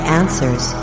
answers